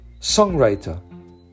songwriter